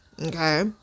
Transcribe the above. Okay